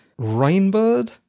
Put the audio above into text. Rainbird